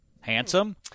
Handsome